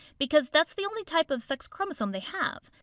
because that's the only type of sex chromosome they have.